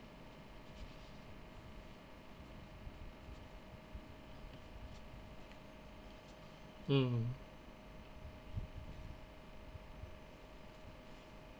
mm